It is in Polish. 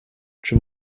czy